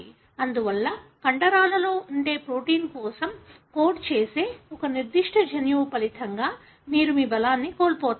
అందువల్ల కండరాలలో ఉండే ప్రోటీన్ కోసం కోడ్ చేసే ఒక నిర్దిష్ట జన్యువు ఫలితంగా మీరు మీ బలాన్ని కోల్పోతారు